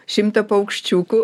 šimtą paukščiukų